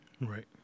Right